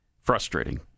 Frustrating